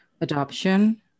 adoption